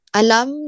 alam